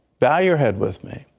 dyer had with me,